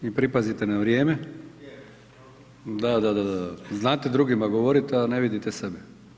i pripazite na vrijeme, da, da, da, znate drugima govorit, a ne vidite sebe.